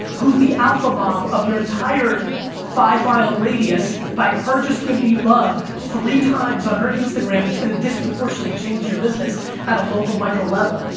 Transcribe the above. who's the alpha mom of your entire five mile radius, by her just giving you love, three times on her instagram, it's gonna disproportionately change your business at a local micro level.